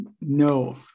No